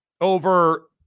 over